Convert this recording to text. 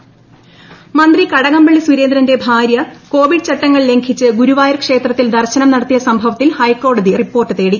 ഹൈക്കോടതി മന്ത്രി കടകംപളളി സുരേന്ദ്രന്റെ ഭാര്യ കോവിഡ് ചട്ടങ്ങൾ ലംഘിച്ച് ഗുരുവായൂർ ക്ഷേത്രത്തിൽ ദർശനം നടത്തിയ സംഭവത്തിൽ ഹൈക്കോടതി റിപ്പോർട്ട് തേടി